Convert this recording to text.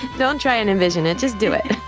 don't try and envision it, just do it